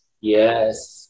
Yes